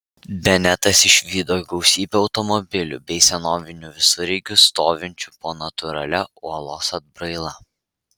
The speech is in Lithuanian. benetas išvydo gausybę automobilių bei senovinių visureigių stovinčių po natūralia uolos atbraila